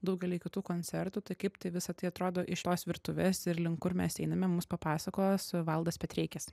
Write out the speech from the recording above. daugelį kitų koncertų tai kaip tai visa tai atrodo iš tos virtuvės ir lin kur mes einame mums papasakos valdas petreikis